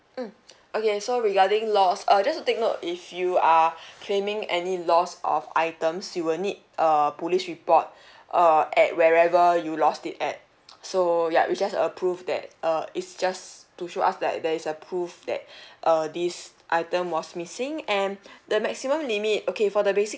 mm okay so regarding loss uh just to take note if you are claiming any loss of items you will need a police report uh at wherever you lost it at so ya we just approve that uh it's just to show us that there is a proof that uh this item was missing and the maximum limit okay for the basic